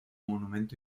monumento